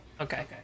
okay